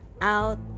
out